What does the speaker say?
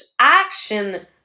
action